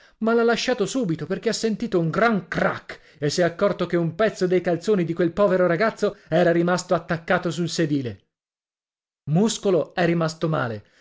l'ha lasciato subito perché ha sentito un gran crac e s'è accorto che un pezzo dei calzoni di quel povero ragazzo era rimasto attaccato sul sedile muscolo è rimasto male